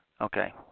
Okay